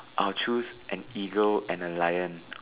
I'll choose an eagle and a lion